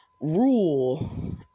rule